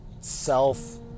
self